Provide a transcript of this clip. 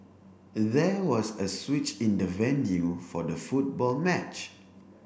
there was a switch in the venue for the football match